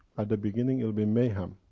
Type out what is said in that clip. at the beginning it will be mayhem.